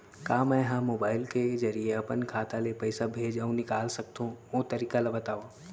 का मै ह मोबाइल के जरिए अपन खाता ले पइसा भेज अऊ निकाल सकथों, ओ तरीका ला बतावव?